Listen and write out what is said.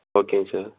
okay sir